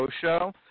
Show